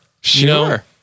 sure